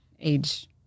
age